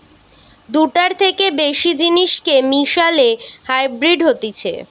দুটার থেকে বেশি জিনিসকে মিশালে হাইব্রিড হতিছে